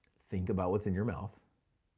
think about what's in your mouth,